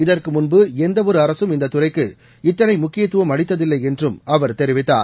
இதற்கு முன்பு எந்தவொரு அரசும் இந்த துறைக்கு இவ்வளவு முக்கியத்துவம் அளித்ததில்லை என்றும் அவர் தெரிவித்தார்